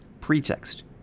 pretext